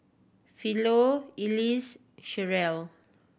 Philo Elise Cherelle